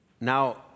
Now